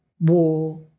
war